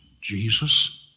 Jesus